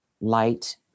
light